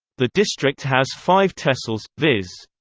the district has five tehsils, viz.